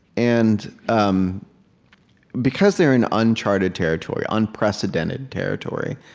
and um because they're in uncharted territory, unprecedented territory,